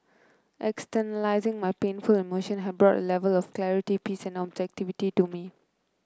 externalising my painful emotions had brought A Level of clarity peace and objectivity to me